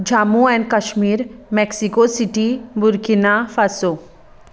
Jammu and Kashmir Mexico City Burkina Faso